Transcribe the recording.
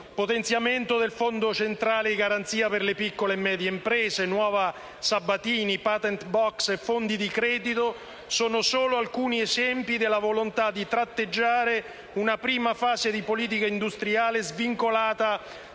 Potenziamento del Fondo centrale di garanzia per le piccole e medie imprese, Nuova Sabatini, *patent box* e fondi di credito sono solo alcuni esempi della volontà di tratteggiare una prima fase di politica industriale svincolata